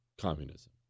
communism